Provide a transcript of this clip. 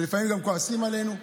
לפעמים גם כועסים עלינו.